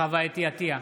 חוה אתי עטייה,